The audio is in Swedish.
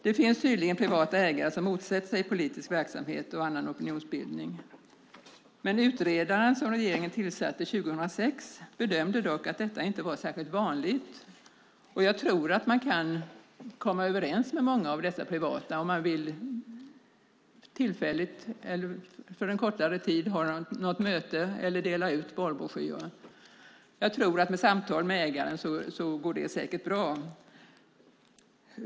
Det finns tydligen privata ägare som motsätter sig politisk verksamhet och annan opinionsbildning, men utredaren som regeringen tillsatte 2006 bedömde att detta inte var särskilt vanligt. Jag tror att man kan komma överens med många av dessa privata ägare om man tillfälligt eller för en kortare tid vill ha något möte eller dela ut valbroschyrer. Med samtal med ägaren går det säkert bra.